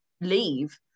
leave